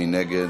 מי נגד?